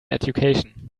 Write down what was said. education